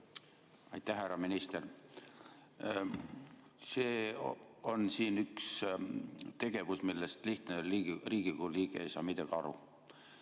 Aitäh! Härra minister! See on üks tegevusi, millest lihtne Riigikogu liige ei saa midagi aru.